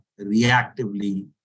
reactively